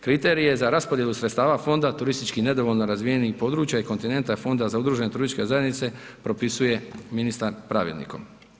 Kriterije za raspodjelu sredstava Fonda turistički nedovoljno razvijenih područja i kontinent i Fonda za udružene turističke zajednice propisuje ministar pravilnikom.